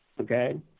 okay